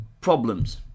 Problems